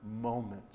moments